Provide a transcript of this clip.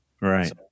Right